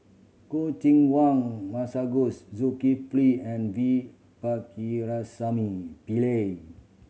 Choo Keng Kwang Masagos Zulkifli and V Pakirisamy Pillai